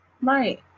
Right